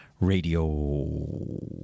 Radio